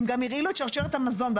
הם גם הרעילו את שרשרת המזון,